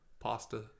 Pasta